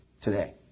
today